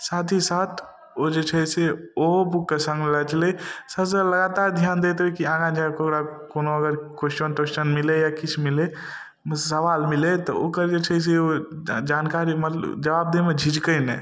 साथ ही साथ ओ जे छै से ओहो बुकके सङ्ग लए चलै सबसँ लगातार ध्यान देतै कि अहाँ जा कए ओकरा कोनो अगर कोश्चन तोश्चन मिलै या किछु मिलै सवाल मिलै तऽ ओकर जे छै से ओ जानकारी मत जवाब दैमे झिझकै नहि